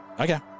Okay